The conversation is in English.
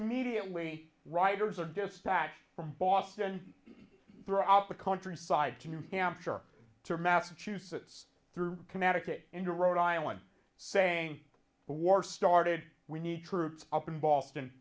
immediately riders are dispatched from boston throughout the countryside to new hampshire to massachusetts through connecticut into rhode island saying the war started we need troops up in boston